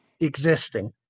existing